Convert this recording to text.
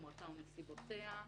חומרתה ונסיבותיה,